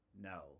no